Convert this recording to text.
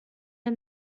der